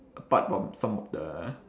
apart from some of the